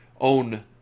own